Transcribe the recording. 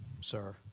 sir